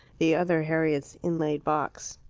the other harriet's inlaid box.